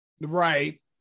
Right